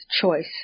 choice